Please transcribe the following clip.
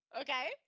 okay